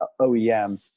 OEM